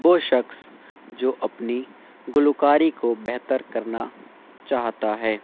وہ شخص جو اپنی گلوکاری کو بہتر کرنا چاہتا ہے